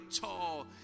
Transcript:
tall